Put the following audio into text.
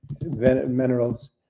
minerals